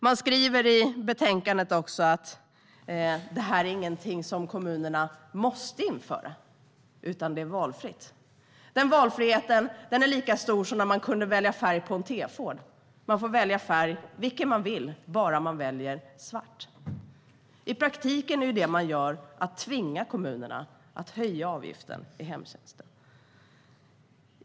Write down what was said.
Man skriver i betänkandet att det här inte är någonting som kommunerna måste införa, utan det är valfritt. Den valfriheten är lika stor som när man kunde välja färg på en T-Ford. Man fick välja vilken färg man ville, bara man valde svart. I praktiken tvingar man ju kommunerna att höja avgiften för hemtjänst.